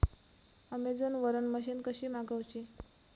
Amazon वरन machine कशी मागवची?